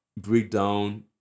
breakdown